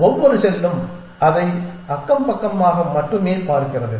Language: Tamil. ஒவ்வொரு செல்லும் அதை அக்கம் பக்கமாக மட்டுமே பார்க்கிறது